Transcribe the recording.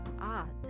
odd